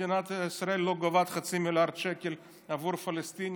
מדינת ישראל לא גובה חצי מיליארד שקל עבור הפלסטינים,